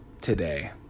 today